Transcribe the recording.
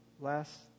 last